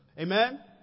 Amen